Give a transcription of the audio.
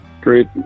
Great